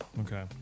Okay